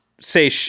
say